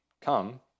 Come